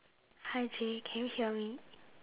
hi J can you hear me